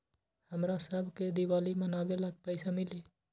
हमरा शव के दिवाली मनावेला पैसा मिली?